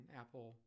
apple